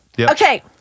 Okay